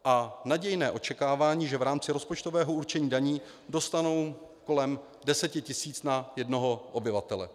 A nadějné očekávání, že v rámci rozpočtového určení daní dostanou kolem deseti tisíc na jednoho obyvatele.